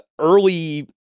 early